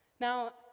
Now